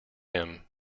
him